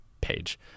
page